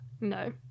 no